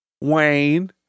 Wayne